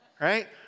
right